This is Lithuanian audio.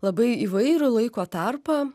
labai įvairų laiko tarpą